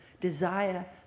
Desire